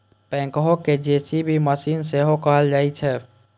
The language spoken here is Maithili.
बैकहो कें जे.सी.बी मशीन सेहो कहल जाइ छै